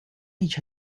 each